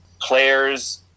players